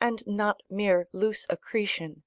and not mere loose accretion,